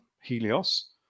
Helios